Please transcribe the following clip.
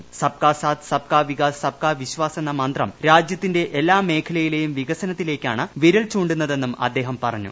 സബ്കാ സാത്ത് സബ്കാ വികാസ് സബ്കാ വിശ്വാസ് എന്ന മന്ത്രം രാജ്യത്തിന്റെ എല്ലാ മേഖലയിലേയും വികസനത്തിലേക്കാണ് വിരൽ ചൂണ്ടുന്നതെന്നും അദ്ദേഹം പറഞ്ഞു